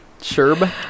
sherb